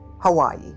Hawaii